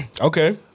Okay